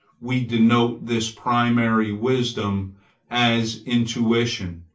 we denote this primary wisdom as intuition,